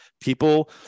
people